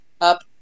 up